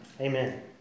Amen